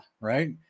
right